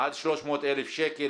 עד 300,000 שקל.